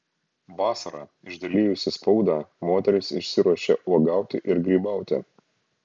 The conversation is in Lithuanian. vasarą išdalijusi spaudą moteris išsiruošia uogauti ir grybauti